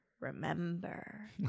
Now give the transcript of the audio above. remember